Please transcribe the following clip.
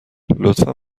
لطفا